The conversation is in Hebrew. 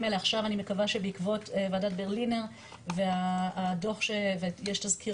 אלא עכשיו אני מקווה שבעקבות וועדת ברלינר הדו"ח ויש תזכיר